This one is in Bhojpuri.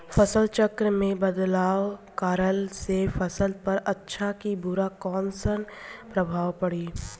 फसल चक्र मे बदलाव करला से फसल पर अच्छा की बुरा कैसन प्रभाव पड़ी?